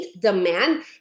demand